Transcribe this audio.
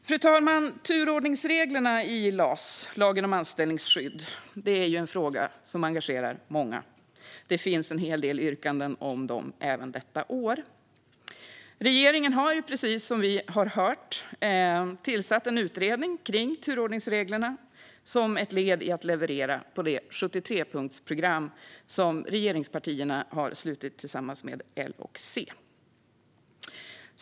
Fru talman! Turordningsreglerna i LAS, lagen om anställningsskydd, är en fråga som engagerar många. Det finns en hel del yrkanden om dem även detta år. Regeringen har, precis som vi har hört, tillsatt en utredning om turordningsreglerna som ett led i att leverera på det 73-punktsprogram som regeringspartierna tillsammans med L och C har lagt fram.